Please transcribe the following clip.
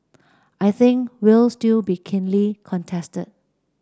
I think will still be keenly contested